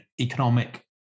economic